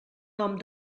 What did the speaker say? nom